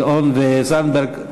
גילאון וזנדברג.